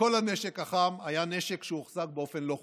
וכל הנשק החם היה נשק שהוחזק באופן לא חוקי.